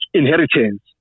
inheritance